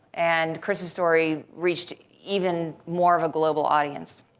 and chris' story reached even more of a global audience.